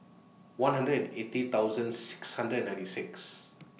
one hundred and eighty thousand six hundred and ninety six